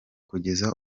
kugeza